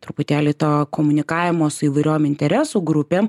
truputėlį to komunikavimo su įvairiom interesų grupėm